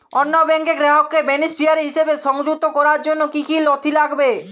অন্য ব্যাংকের গ্রাহককে বেনিফিসিয়ারি হিসেবে সংযুক্ত করার জন্য কী কী নথি লাগবে?